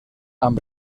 amb